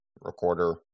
recorder